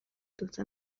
دوتا